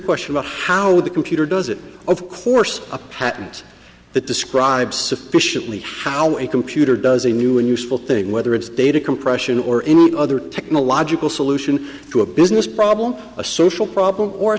question about how the computer does it of course a patent that describes sufficiently how a computer does a new and useful thing whether it's data compression or any other technological solution to a business problem a social problem or